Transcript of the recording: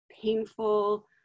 painful